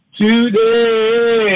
today